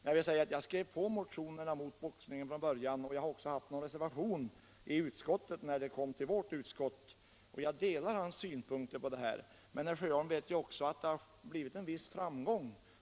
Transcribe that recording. Jag skrev emellertid redan i början på hans motioner mot boxningen och har också haft någon reservation i vårt utskott, och jag delar hans synpunkter i den här frågan. Men herr Sjöholm vet också att det han gjort resulterat i en viss framgång.